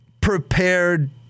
prepared